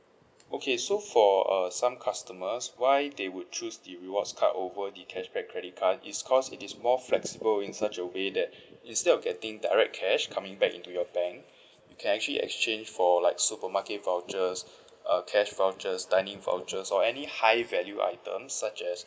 okay so for uh some customers why they would choose the rewards card over the cashback credit card is because it is more flexible in such a way that instead of getting direct cash coming back into your bank you can actually exchange for like supermarket vouchers uh cash vouchers dining vouchers or any high value items such as